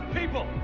people